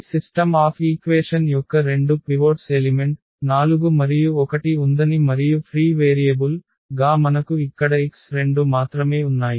ఈ system of equation యొక్క 2 pivots element 4 మరియు 1 ఉందని మరియు ఫ్రీ వేరియబుల్ గా మనకు ఇక్కడ x2 మాత్రమే ఉన్నాయి